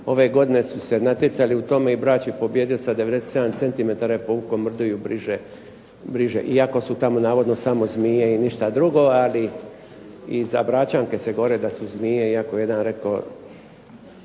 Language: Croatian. Ove godine su se natjecali u tome i Brač je pobijedio sa 97 cm je povukao … /Govornik se ne razumije./ … Iako su tamo navodno samo zmije i ništa drugo, ali i za Bračanke se govori da su zmije iako jedan rekao